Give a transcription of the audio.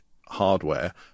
hardware